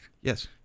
Yes